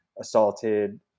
assaulted